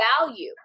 value